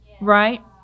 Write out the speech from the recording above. right